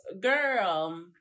girl